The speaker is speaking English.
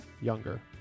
Younger